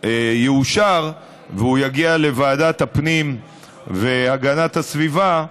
יאושר והוא יגיע לוועדת הפנים והגנת הסביבה,